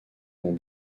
mont